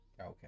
Okay